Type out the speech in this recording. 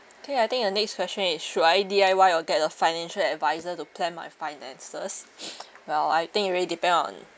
okay I think the next question is should I D_I_Y or get a financial adviser to plan my finances well I think it really depend on